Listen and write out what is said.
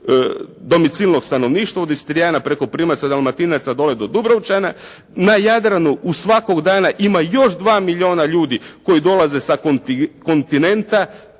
domicilnog stanovništva od Istrijana preko Primoraca, Dalmatinaca dolje do Dubrovčana, na Jadranu svakog dana ima još dva milijuna koji dolaze sa kontinenta